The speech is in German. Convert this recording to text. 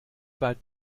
bald